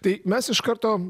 tai mes iš karto